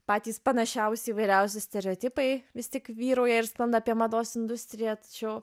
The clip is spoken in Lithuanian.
patys panašiausi įvairiausi stereotipai vis tik vyrauja ir sklando apie mados industriją tačiau